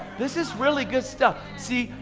this is really good stuff. see,